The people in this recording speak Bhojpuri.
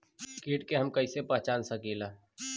कीट के हम कईसे पहचान सकीला